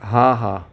हा हा